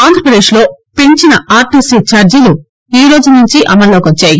ఆంధ్రప్రదేశ్లో పెంచిన ఆర్టీసీ ఛార్షీలు ఈ రోజు నుంచి అమలులోకి వచ్చాయి